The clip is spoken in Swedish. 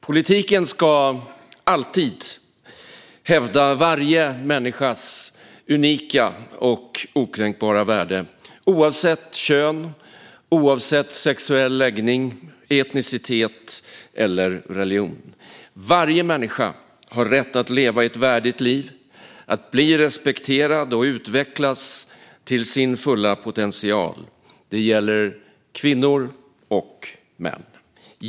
Politiken ska alltid hävda varje människas unika och okränkbara värde, oavsett kön, sexuell läggning, etnicitet eller religion. Varje människa har rätt att leva ett värdigt liv, bli respekterad och utvecklas till sin fulla potential. Detta gäller kvinnor och män.